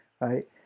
right